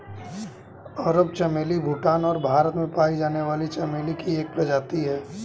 अरब चमेली भूटान और भारत में पाई जाने वाली चमेली की एक प्रजाति है